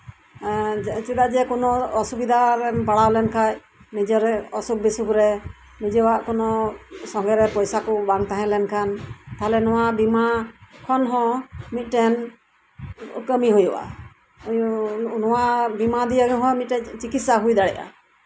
ᱪᱮᱫᱟᱜ ᱡᱮ ᱠᱳᱱᱳ ᱚᱥᱩᱵᱤᱫᱟᱨᱮᱢ ᱯᱟᱲᱟᱣ ᱞᱮᱱ ᱠᱷᱟᱱ ᱱᱤᱡᱮᱨᱟᱜ ᱚᱥᱩᱠᱷᱼᱵᱤᱥᱩᱠᱷ ᱨᱮ ᱱᱤᱡᱮᱨᱟᱜ ᱠᱳᱱᱳ ᱥᱚᱸᱜᱮ ᱨᱮ ᱯᱚᱭᱥᱟ ᱠᱚ ᱵᱟᱝ ᱛᱟᱦᱮᱸᱞᱟᱱ ᱠᱷᱟᱱ ᱛᱟᱞᱦᱮ ᱱᱚᱶᱟ ᱵᱤᱢᱟᱹ ᱠᱷᱚᱱ ᱦᱚᱸ ᱢᱤᱫᱴᱮᱱ ᱠᱟᱹᱢᱤ ᱦᱩᱭᱩᱜᱼᱟ ᱱᱚᱶᱟ ᱵᱤᱢᱟᱹ ᱫᱤᱭᱮ ᱦᱚᱸ ᱢᱤᱫᱴᱮᱱ ᱪᱤᱠᱤᱥᱥᱟ ᱦᱩᱭ ᱫᱟᱲᱮᱭᱟᱜᱼᱟ